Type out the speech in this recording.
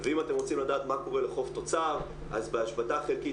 אם אתם רוצים לדעת מה קורה לחוב תוצר אז בהשבתה חלקית